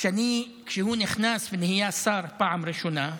כשהוא נכנס ונהיה שר בפעם הראשונה,